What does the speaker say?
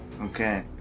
Okay